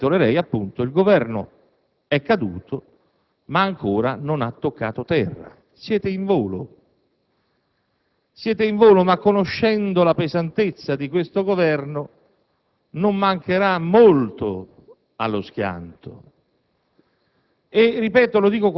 Se fossi un giornalista titolerei: «Il Governo è caduto, ma ancora non ha toccato terra». Siete in volo ma, conoscendo la pesantezza di questo Governo, non mancherà molto allo schianto.